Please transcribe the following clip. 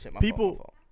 people